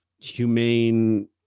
humane